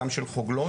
גם של חוגלות,